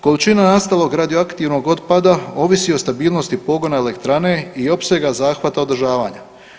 Količina nastalog radioaktivnog otpada ovisi o stabilnosti pogona elektrane i opsega zahvata održavanja.